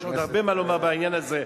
יש לי הרבה מה לומר בעניין הזה,